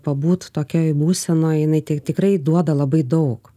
pabūt tokioj būsenoj jinai ti tikrai duoda labai daug